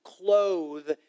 clothe